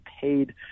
paid